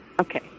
Okay